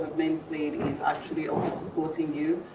men played in actually also supporting you?